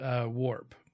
warp